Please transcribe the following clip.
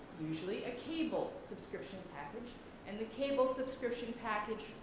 usually a cable subscription package and the cable subscription package,